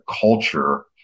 culture